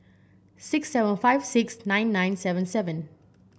six seven five six nine nine seven seven